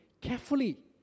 carefully